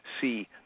see